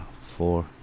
four